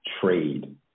trade